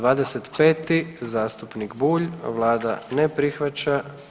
25. zastupnik Bulj, Vlada ne prihvaća.